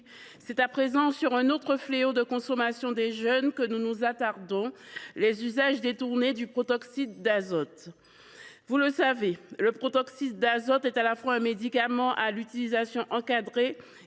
c’est à présent sur un autre fléau de consommation des jeunes que nous nous attardons : les usages détournés du protoxyde d’azote. Vous le savez, le protoxyde d’azote est à la fois un médicament dont l’utilisation est encadrée